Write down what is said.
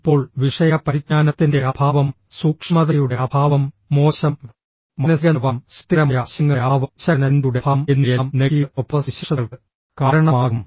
ഇപ്പോൾ വിഷയ പരിജ്ഞാനത്തിന്റെ അഭാവം സൂക്ഷ്മതയുടെ അഭാവം മോശം മാനസിക നിലവാരം സൃഷ്ടിപരമായ ആശയങ്ങളുടെ അഭാവം വിശകലന ചിന്തയുടെ അഭാവം എന്നിവയെല്ലാം നെഗറ്റീവ് സ്വഭാവസവിശേഷതകൾക്ക് കാരണമാകും